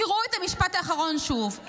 קראו את המשפט האחרון שוב".